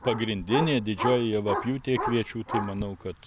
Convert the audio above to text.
pagrindinė didžioji javapjūtė kviečių tai manau kad